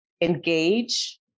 engage